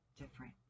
different